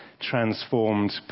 transformed